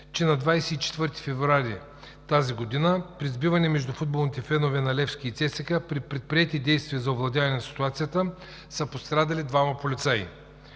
че на 24 февруари 2019 г. при сбиване между футболните фенове на „Левски“ и ЦСКА, при предприети действия за овладяване на ситуацията, са пострадали двама полицаи.